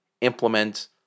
implement